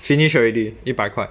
finish already 一百块